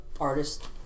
artist